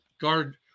guard